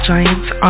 Giants